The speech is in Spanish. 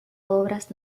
obras